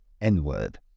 N-Word